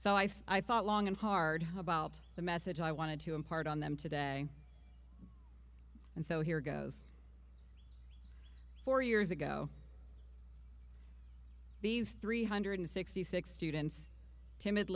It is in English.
say i thought long and hard about the message i wanted to impart on them today and so here goes four years ago these three hundred sixty six students timid